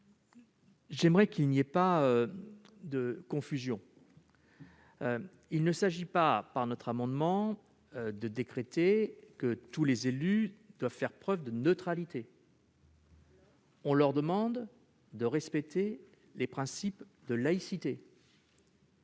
J'aimerais qu'il n'y ait pas de confusion. Il ne s'agit pas, avec notre amendement, de décréter que tous les élus doivent faire preuve de neutralité. On leur demande de respecter les principes de laïcité,